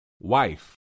wife